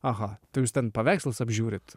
aha tai jūs ten paveikslus apžiūrit